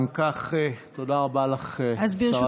אם כך, תודה רבה לך, שרת התחבורה.